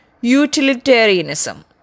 utilitarianism